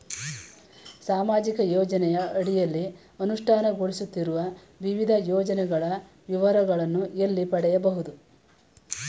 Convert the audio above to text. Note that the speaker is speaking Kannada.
ಸಾಮಾಜಿಕ ಯೋಜನೆಯ ಅಡಿಯಲ್ಲಿ ಅನುಷ್ಠಾನಗೊಳಿಸುತ್ತಿರುವ ವಿವಿಧ ಯೋಜನೆಗಳ ವಿವರಗಳನ್ನು ಎಲ್ಲಿ ಪಡೆಯಬಹುದು?